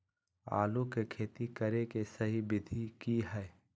आलू के खेती करें के सही विधि की हय?